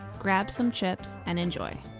grab some chips and enjoy!